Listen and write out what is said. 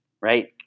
right